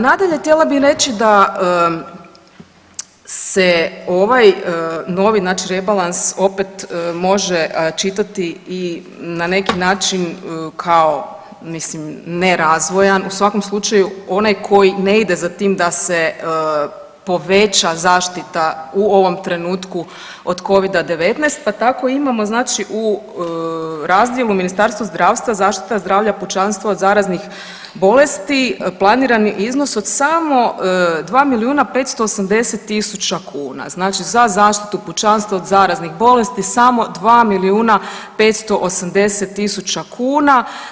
Nadalje, htjela bi reći da se ovaj novi znači rebalans opet može čitati i na neki način kao mislim nerazvojan, u svakom slučaju onaj koji ne ide za tim da se poveća zaštita u ovom trenutku od Covid-19, pa tako imamo znači u razdjelu Ministarstva zdravstva zaštita zdravlja pučanstva od zaraznih bolesti planirani iznos od samo 2 milijuna 580 tisuća kuna, znači za zaštitu pučanstva od zaraznih bolesti samo 2 milijuna 580 tisuća kuna.